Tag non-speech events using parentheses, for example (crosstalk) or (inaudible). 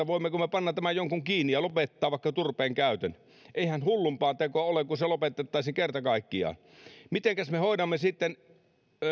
(unintelligible) voimmeko me panna tämän jonkun kiinni ja lopettaa vaikka turpeen käytön eihän hullumpaa tekoa ole kuin jos se lopetettaisiin kerta kaikkiaan mitenkäs me hoidamme sitten